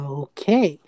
okay